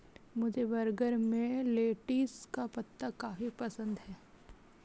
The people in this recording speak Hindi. मुझे बर्गर में लेटिस का पत्ता काफी पसंद है